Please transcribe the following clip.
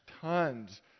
tons